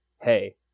hey